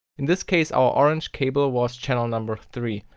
in this case our orange cable was channel number three.